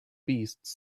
beasts